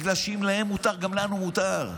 בגלל שאם להם מותר, גם לנו מותר.